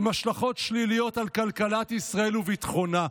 עם השלכות שליליות על כלכלת ישראל וביטחונה.